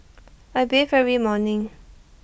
I bathe every morning